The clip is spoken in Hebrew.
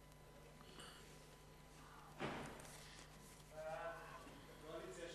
כדין (איסור סיוע) (הוראות שעה) (תיקון מס'